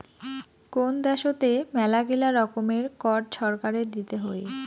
কোন দ্যাশোতে মেলাগিলা রকমের কর ছরকারকে দিতে হই